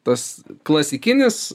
tas klasikinis